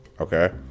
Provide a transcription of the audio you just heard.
okay